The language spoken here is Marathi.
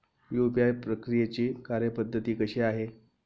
यू.पी.आय प्रक्रियेची कार्यपद्धती कशी आहे?